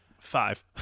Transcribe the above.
Five